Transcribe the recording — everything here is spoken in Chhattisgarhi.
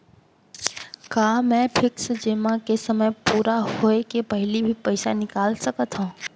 का मैं फिक्स जेमा के समय पूरा होय के पहिली भी पइसा निकाल सकथव?